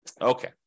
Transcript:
Okay